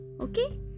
Okay